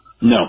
No